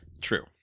True